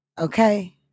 okay